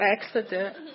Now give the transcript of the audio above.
accident